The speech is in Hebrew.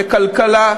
וכלכלה,